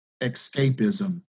escapism